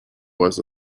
was